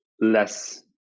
less